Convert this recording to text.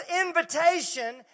invitation